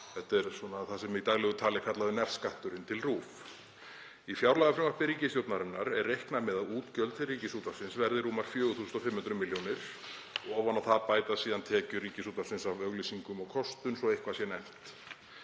Þetta er það sem í daglegu tali er kallað nefskatturinn til RÚV. Í fjárlagafrumvarpi ríkisstjórnarinnar er reiknað með að útgjöld til Ríkisútvarpsins verði rúmar 4.500 millj. kr. Ofan á það bætast síðan tekjur Ríkisútvarpsins af auglýsingum og kostun svo eitthvað sé nefnt.